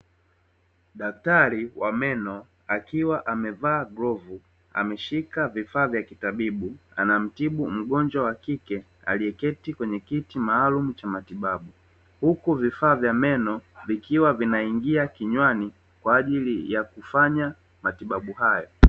Daktari wa meno akiwa amevaa glovu ameshika vifaa vya kitabibu anamtibu mgonjwa wa kike, aliyeketi kwenye kiti maalumu cha matibabu, huku vifaa vya meno vikiwa vinaingia kinywani kwa ajili ya kufanya matibabu hayo.